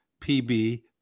PB